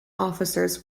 officers